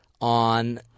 on